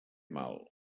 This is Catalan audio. mal